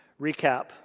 Recap